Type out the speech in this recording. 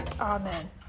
Amen